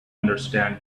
understand